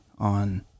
on